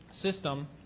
system